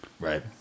Right